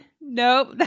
Nope